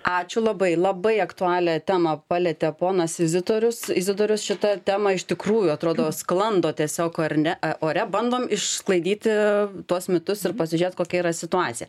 ačiū labai labai aktualią temą palietė ponas izidorius izidorius šita tema iš tikrųjų atrodo sklando tiesiog ar ne ore bandom išsklaidyti tuos mitus ir pasižiūrėt kokia yra situacija